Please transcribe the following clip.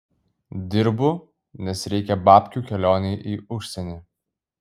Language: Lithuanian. dirbu nes reikia babkių kelionei į užsienį